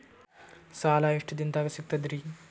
ಸಾಲಾ ಎಷ್ಟ ದಿಂನದಾಗ ಸಿಗ್ತದ್ರಿ?